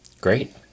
Great